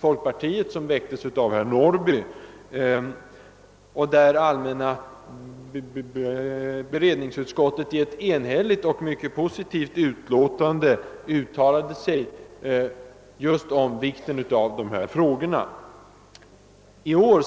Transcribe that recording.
folkpartiet, vilken hade väckts av herr Norrby. Med anledning av denna motion uttalade sig allmänna beredningsutskottet i ett enhälligt och mycket positivt utlåtande om dessa frågors vikt.